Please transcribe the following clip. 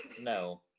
No